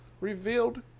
revealed